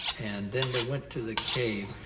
and then they went to the cave.